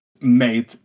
made